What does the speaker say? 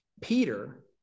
Peter